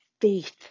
faith